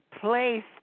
place